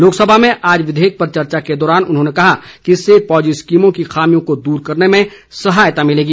लोकसभा में आज विधेयक पर चर्चा के दौरान उन्होंने कहा कि इससे पॉजी स्कीमों की खामियों को दूर करने में सहायता मिलेगी